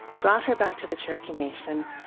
brought her back to the cherokee nation,